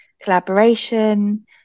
collaboration